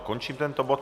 Končím tento bod.